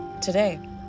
today